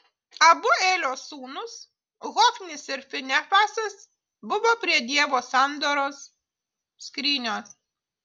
abu elio sūnūs hofnis ir finehasas buvo prie dievo sandoros skrynios